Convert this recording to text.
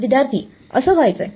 विद्यार्थी असं व्हायचंय